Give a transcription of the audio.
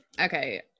okay